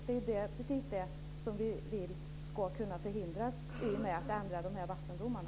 Det är precis det som man vill undvika genom en förändring av vattendomarna.